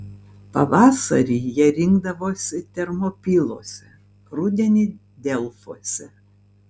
pavasarį jie rinkdavosi termopiluose rudenį delfuose